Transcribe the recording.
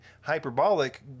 hyperbolic